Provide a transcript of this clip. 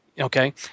Okay